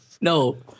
no